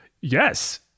Yes